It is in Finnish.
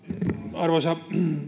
arvoisa